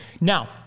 Now